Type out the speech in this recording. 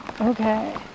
Okay